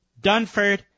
Dunford